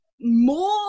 more